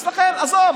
לכן, עזוב.